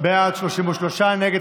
קבוצת סיעת הליכוד,